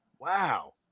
Wow